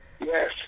Yes